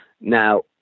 Now